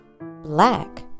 black